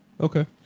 Okay